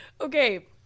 Okay